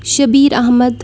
Shabir Ahmad